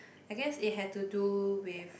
I guess it had to do with